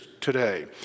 today